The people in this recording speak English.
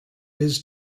his